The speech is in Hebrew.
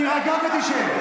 תירגע ותשב.